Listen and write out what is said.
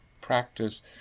practice